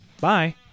Bye